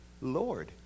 Lord